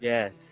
Yes